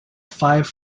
five